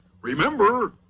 Remember